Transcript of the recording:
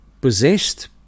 possessed